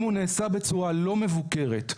אם הוא נעשה בצורה לא מבוקרת,